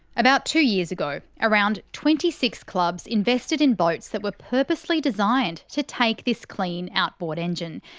about two years ago around twenty six clubs invested in boats that were purposely designed to take this clean outboard engine.